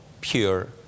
pure